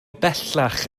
bellach